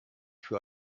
für